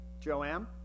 Joanne